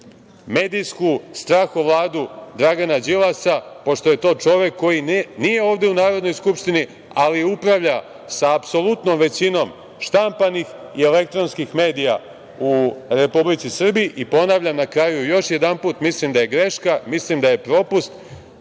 medijsku strahovladu Dragana Đilasa, pošto je to čovek koji nije ovde u Narodnoj skupštini ali upravlja sa apsolutnom većinom štampanim i elektronskim medijima u Republici Srbiji. Na kraju, ponavljam još jedanput, mislim da je greška, mislim da je propust